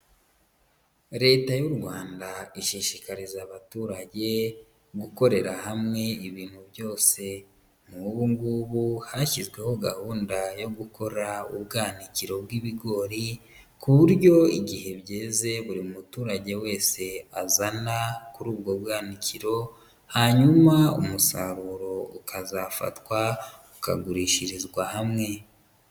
Leta y'u Rwanda ishishikariza abaturage gukorera hamwe ibintu byose nk'ubu ngubu hashyizweho gahunda yo gukora ubwanikiro bw'ibigori ku buryo igihe byeze buri muturage wese azana kuri ubwo bwanikiro, hanyuma umusaruro ukazafatwa ukagurishirizwa hamwe.